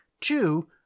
Two